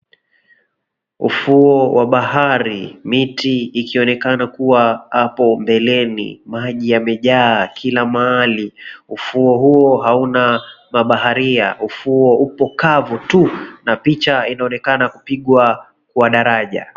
Ufuo wa bahari, miti ikonekana kuwa hapo mbeleni. Maji yamejaa kila mahali. Ufuo huo hauna mabaharia. Ufuo huo upo mkavu tu na picha inaonekana kupigwa kwa daraja.